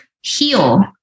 heal